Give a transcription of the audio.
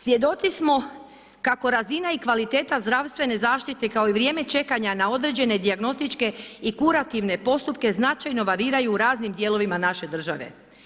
Svjedoci smo kako razina i kvaliteta zdravstvene zaštite kao i vrijeme čekanja na određene dijagnostičke i kurativne postupke značajno variraju u raznim dijelovima naše države.